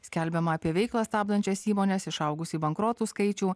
skelbiama apie veiklą stabdančias įmones išaugusį bankrotų skaičių